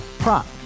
Prop